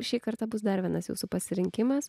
šį kartą bus dar vienas jūsų pasirinkimas